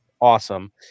awesome